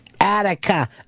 Attica